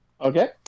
okay